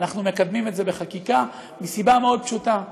אנחנו מקדמים את זה בחקיקה מסיבה פשוטה מאוד,